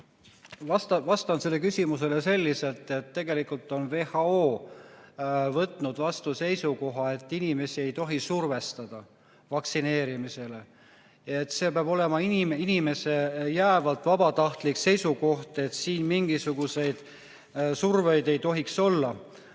Vastan sellele küsimusele selliselt. Tegelikult on WHO võtnud vastu seisukoha, et inimesi ei tohi survestada vaktsineerimisele. See peab olema inimese jäävalt vabatahtlik seisukoht, siin mingisuguseid surveid ei tohiks olla.